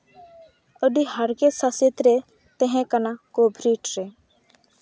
ᱟᱹᱰᱤ ᱦᱟᱨᱠᱮᱛ ᱥᱟᱥᱮᱛ ᱨᱮ ᱛᱟᱦᱮᱸ ᱠᱟᱱᱟ ᱠᱳᱵᱷᱤᱰ ᱨᱮ